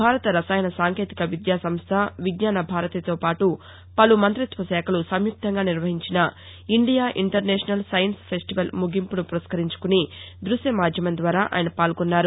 భారతీయ రసాయన సాంకేతిక విద్యాసంస్థ విజ్ఞాన భారతితో పాటు పలు మంత్రిత్వ శాఖలు సంయుక్తంగా నిర్వహించిన ఇండియా ఇంటర్నేషనల్ సైన్స్ ఫెస్టివల్ ముగింపును పురస్కరించుకుని దృశ్యమాధ్యమం ద్వారా ఆయన పాల్గొన్నారు